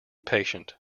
patient